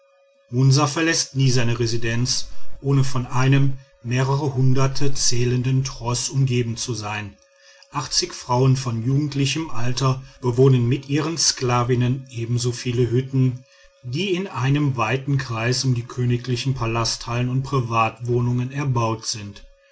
munsa verläßt nie seine residenz ohne von einem mehrere hunderte zählenden troß umgeben zu sein achtzig frauen von jugendlichem alter bewohnen mit ihren sklavinnen ebensoviele hütten die in einem weiten kreis um die königlichen palasthallen und privatwohnungen erbaut sind